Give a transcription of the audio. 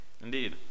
Indeed